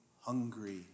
hungry